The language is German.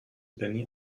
benny